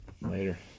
Later